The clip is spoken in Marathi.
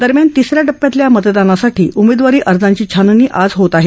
दरम्यान तिस या टप्प्यातल्या मतदानासाठी उमेदवारी अर्जांची छाननी आज होत आहे